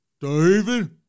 David